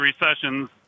recessions